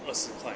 二十块